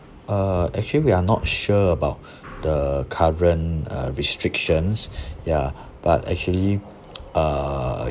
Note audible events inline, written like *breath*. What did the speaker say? uh actually we are not sure about *breath* the current uh restrictions *breath* ya *breath* but actually uh